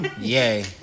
yay